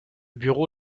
bureau